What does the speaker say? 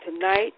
tonight